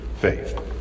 faith